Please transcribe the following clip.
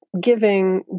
giving